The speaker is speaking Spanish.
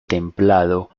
templado